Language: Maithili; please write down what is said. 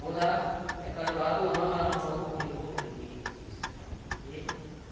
मुदा एकर बादो हम आओर अहाँ बहुत निरोग रहियै ई चीजसँ जे